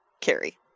Carrie